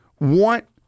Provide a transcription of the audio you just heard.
want